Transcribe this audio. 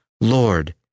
Lord